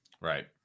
Right